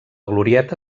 glorieta